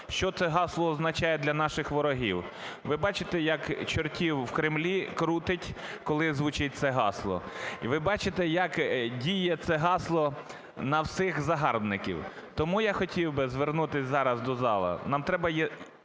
що це гасло означає для наших ворогів. Ви бачите як чортів в Кремлі крутить, коли звучить це гасло. І ви бачите, як діє це гасло на всіх загарбників. Тому я хотів би звернутись зараз до залу.